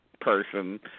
person